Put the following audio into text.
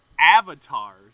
avatars